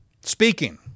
speaking